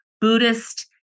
Buddhist